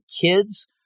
kids